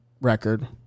record